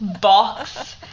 box